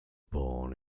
born